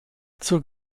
zur